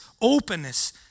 openness